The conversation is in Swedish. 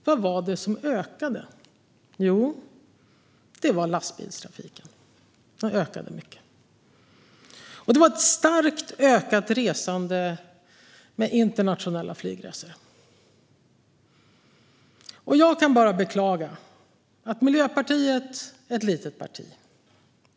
Vad var det som ökade? Jo, det var lastbilstrafiken. Den ökade mycket. Det var även ett starkt ökat resande med internationella flygningar. Jag kan bara beklaga att Miljöpartiet är ett litet parti.